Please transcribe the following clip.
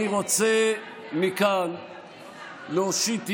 אני רוצה מכאן להושיט יד,